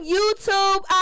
YouTube